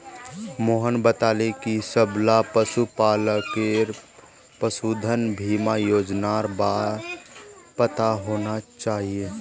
मोहन बताले कि सबला पशुपालकक पशुधन बीमा योजनार बार पता होना चाहिए